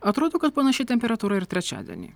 atrodo kad panaši temperatūra ir trečiadienį